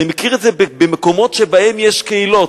אני מכיר את זה במקומות שבהם יש קהילות,